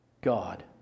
God